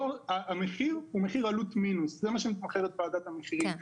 המחיר הוא מחיר עלות מינוס וזה מה שמתמחרת וועדת המחירים.